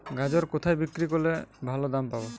গাজর কোথায় বিক্রি করলে ভালো দাম পাব?